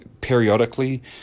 periodically